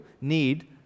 need